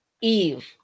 Eve